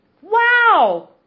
Wow